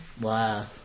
Wow